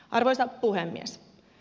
arvoisa puhemies